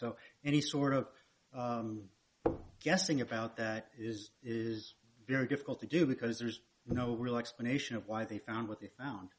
so any sort of guessing about that is is very difficult to do because there's no real explanation of why they found with the found